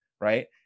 Right